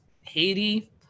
Haiti